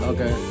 Okay